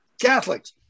Catholics